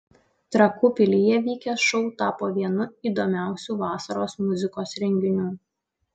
trakų pilyje vykęs šou tapo vienu įdomiausių vasaros muzikos renginių